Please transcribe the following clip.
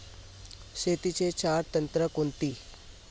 शेतीची चार तंत्रे कोणती?